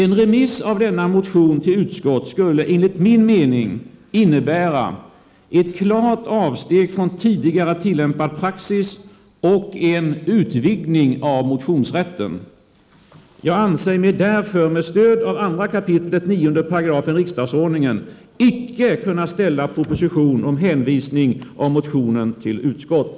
En remiss av denna motion till utskott skulle enligt min uppfattning innebära ett klart avsteg från tidigare tillämpad praxis och en utvidgning av motionsrätten. Jag anser mig därför med stöd av 2 kap. 9 § riksdagsordningen icke kunna ställa proposition på hänvisning av motionen till utskott.